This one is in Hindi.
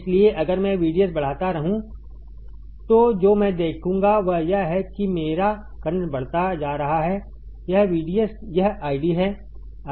इसलिए अगर मैं VDS बढ़ाता रहूं तो जो मैं देखूंगा वह यह है कि मेरा करंट बढ़ता जा रहा है यह है VDS यह ID है